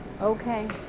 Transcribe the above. Okay